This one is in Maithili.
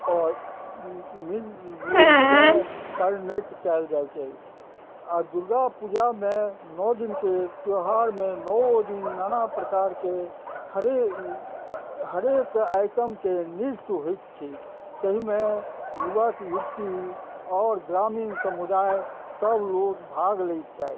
आओर रूपसँ परिणैत कयल जाइत अछि आओर दुर्गा पूजामे नओ दिनके त्योहारमे नओ दिन नाना प्रकारके हरेक हरेक आइटमके नृत्य होइत छै तहिमे युवक युवती आओर ग्रामीण समुदाय सभ लोक भाग लै छथि